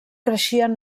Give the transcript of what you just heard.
creixien